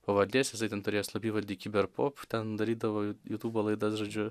pavardės jisai ten turėjo slapyvardį kiberpop ten darydavo jutūbo laidas žodžiu